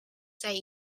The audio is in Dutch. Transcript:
zei